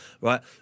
right